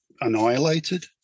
annihilated